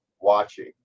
watching